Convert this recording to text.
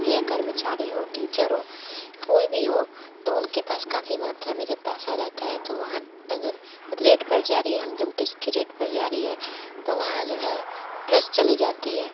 या कर्मचारी हो टीचर टीचर हो कोई भी हो तो उनके पास काफ़ी मात्रा में जब पैसा रहता है तो वहाँ अगर रेड पर जा रही है इनकम टेक्स की रेड पड़ जा रही है तो वहाँ जो है प्रेस चली जाती है